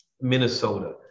Minnesota